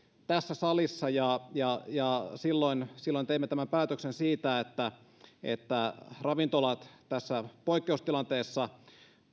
tässä salissa ja ja silloin silloin teimme tämän päätöksen siitä että ravintolat tässä poikkeustilanteessa